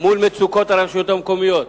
מול מצוקות הרשויות המקומיות,